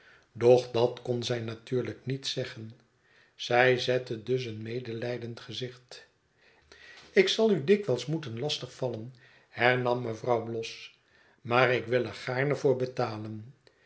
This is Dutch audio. doch dat kon zij natuurlijk niet zeggen zij zettedus een medelijdend gezicht ik zal u dikwijls moeten lastig vallen hernam mevrouw bloss maar ik wil er gaarne voor betalen